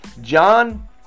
John